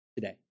Today